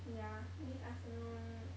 yeah this afternoon